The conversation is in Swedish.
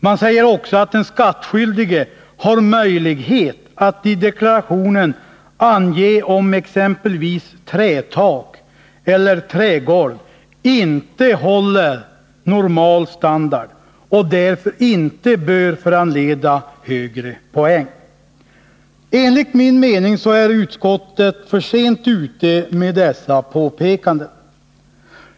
Man säger också att den skattskyldige har möjlighet att i deklarationen ange om exempelvis trätak eller trägolv inte håller normal standard och därför inte bör föranleda högre poäng. Enligt min mening är utskottet för sent ute med dessa påpekanden.